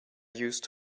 used